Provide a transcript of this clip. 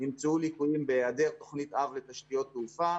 נמצאו ליקויים בהיעדר תוכנית אב לתשתיות תעופה,